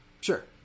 Sure